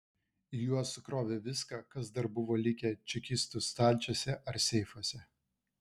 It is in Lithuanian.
į juos sukrovė viską kas dar buvo likę čekistų stalčiuose ar seifuose